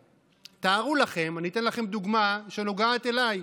תארו לכם, אני אתן לכם דוגמה שנוגעת אליי: